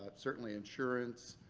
ah certainly insurance.